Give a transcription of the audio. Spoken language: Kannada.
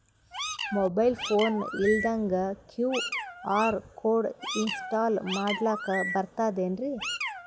ಮೊಬೈಲ್ ಫೋನ ಇಲ್ದಂಗ ಕ್ಯೂ.ಆರ್ ಕೋಡ್ ಇನ್ಸ್ಟಾಲ ಮಾಡ್ಲಕ ಬರ್ತದೇನ್ರಿ?